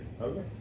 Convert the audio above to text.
Okay